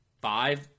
five